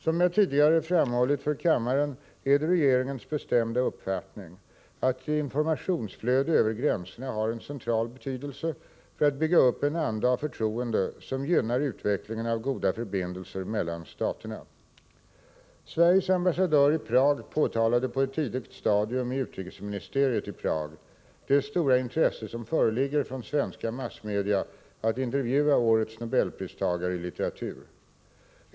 Som jag tidigare framhållit för kammaren är det regeringens bestämda uppfattning att informationsflöde över gränserna har en central betydelse för att bygga upp en anda av förtroende som gynnar utvecklingen av goda förbindelser mellan staterna. Sveriges ambassadör i Prag påtalade på ett tidigt stadium i utrikesministeriet i Prag det stora intresse som föreligger från svenska massmedia att intervjua årets nobelpristagare i litteratur.